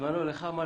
בזמנו לך אמרתי,